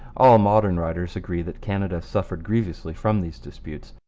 all modern writers agree that canada suffered grievously from these disputes,